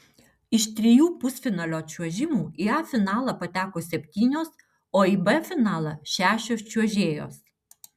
iš trijų pusfinalio čiuožimų į a finalą pateko septynios o į b finalą šešios čiuožėjos